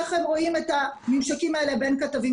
איך הם רואים את הממשקים האלה בין כתבים,